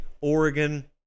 Oregon